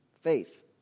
faith